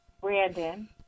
Brandon